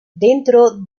dentro